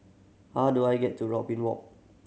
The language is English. how do I get to Robin Walk